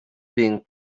being